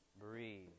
Breathe